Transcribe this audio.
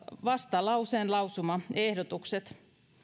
vastalauseen lausumaehdotukset ensimmäisenä